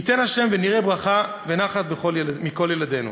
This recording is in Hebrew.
ייתן ה' ונראה ברכה ונחת מכל ילדינו.